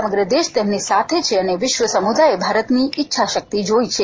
સમગ્ર દેશ તેમની સાથે છે અને વિશ્વ સમુદાયે ભારતની ઇચ્છાશક્તિને જોઇ છે